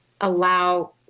allow